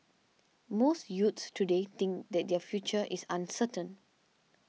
most youths today think that their future is uncertain